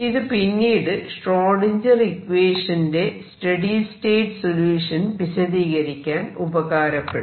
ഇത് പിന്നീട് ഷ്രോടിൻജർ ഇക്വേഷന്റെ സ്റ്റെഡി സ്റ്റേറ്റ് സൊല്യൂഷൻ വിശദീകരിക്കാൻ ഉപകാരപ്പെടും